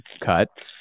cut